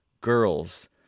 Girls